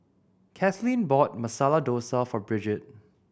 Katlynn bought Masala Dosa for Brigette